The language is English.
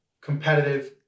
Competitive